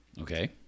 Okay